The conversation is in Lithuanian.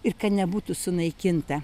ir kad nebūtų sunaikinta